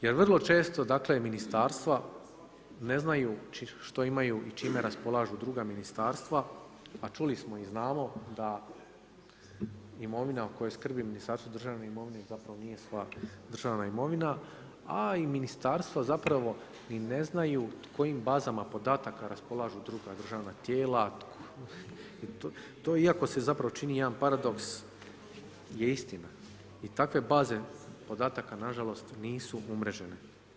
Jer vrlo često ministarstva ne znaju što imaju i čime rraspolažu druga ministarstva, a čuli smo i znamo da imovina o kojoj skrbi Ministarstvo državne imovine, zapravo nije sva državna imovina, a i ministarstva zapravo ni ne znaju, kojim bazama podataka raspolažu druga državna tijela i to iako se čini jedan paradoks je istina i takve baze podataka, nažalost, nisu umrežene.